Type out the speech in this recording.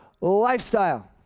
lifestyle